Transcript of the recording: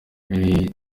ijwi